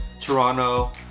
Toronto